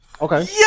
Okay